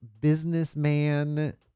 businessman